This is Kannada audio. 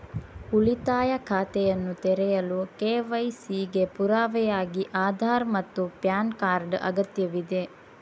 ಉಳಿತಾಯ ಖಾತೆಯನ್ನು ತೆರೆಯಲು ಕೆ.ವೈ.ಸಿ ಗೆ ಪುರಾವೆಯಾಗಿ ಆಧಾರ್ ಮತ್ತು ಪ್ಯಾನ್ ಕಾರ್ಡ್ ಅಗತ್ಯವಿದೆ